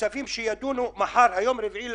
כספים שיידונו היום, ב-4 במאי,